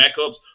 backups